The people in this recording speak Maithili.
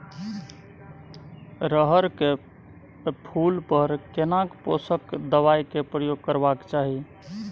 रहर के फूल पर केना पोषक दबाय के प्रयोग करबाक चाही?